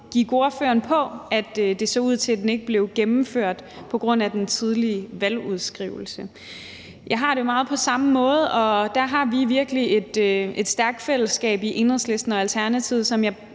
gik ordføreren på, at det så ud til, at den ikke blev gennemført på grund af den tidlige valgudskrivelse. Jeg har det meget på samme måde, og der har vi virkelig et stærkt fællesskab mellem Enhedslisten og Alternativet, som jeg